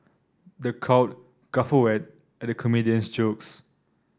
the crowd guffawed at the comedian's jokes